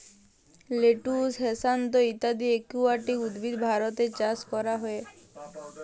lettuce, hyacinth ইত্যদি aquatic উদ্ভিদ ভারতে চাস ক্যরা হ্যয়ে